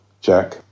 Jack